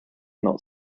not